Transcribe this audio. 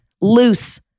loose